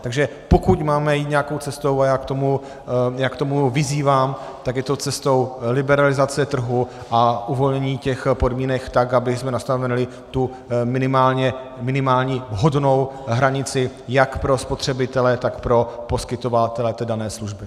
Takže pokud máme jít nějakou cestou, a já k tomu vyzývám, tak je to cestou liberalizace trhu a uvolnění těch podmínek tak, abychom nastavili tu minimální vhodnou hranici jak pro spotřebitele, tak pro poskytovatele té dané služby.